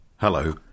Hello